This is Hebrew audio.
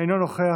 אינו נוכח.